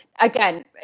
again